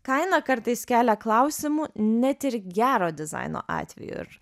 kaina kartais kelia klausimų net ir gero dizaino atveju ir